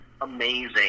Amazing